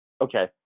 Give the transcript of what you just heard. Okay